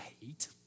hate